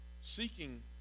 seeking